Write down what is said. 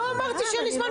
לא אמרתי שאין לי זמן,